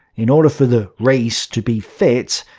in order for the race to be fit,